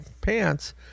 pants